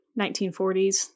1940s